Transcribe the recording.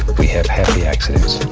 we have happy accidents